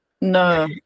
No